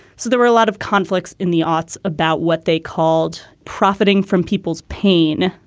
so there were a lot of conflicts in the aughts about what they called profiting from people's pain.